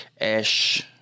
Ash